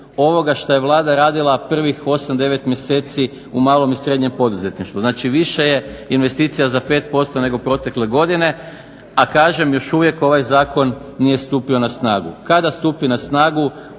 ovoga što je Vlada radila prvih 8, 9 mjeseci u malom i srednjem poduzetništvu. Znači više je investicija za 5% nego protekle godine, a kažem još uvijek ovaj zakon nije stupio na snagu. Kada stupi na snagu